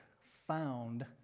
Found